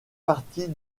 partie